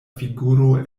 figuro